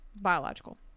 Biological